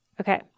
Okay